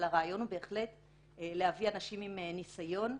הרעיון הוא להביא אנשים עם ניסיון,